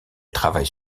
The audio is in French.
travaille